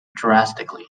drastically